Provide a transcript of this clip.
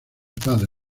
padre